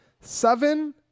Seven